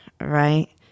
right